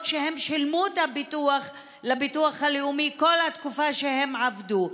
שהם שילמו לביטוח לאומי בכל התקופה שהם עבדו.